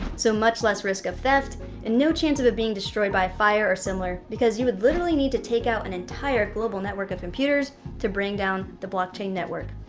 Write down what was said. so much less risk of theft and no chance of it being destroyed by a fire or similar because you would literally need to take out an entire global network of computers to bring down the blockchain network,